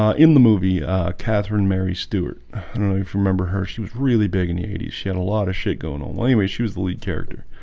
ah in the movie catherine mary stewart remember her she was really big in the eighty s she had a lot of shit going on anyways. she was the lead character